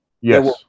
yes